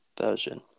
version